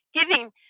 giving